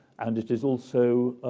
and it is also